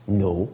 no